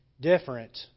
different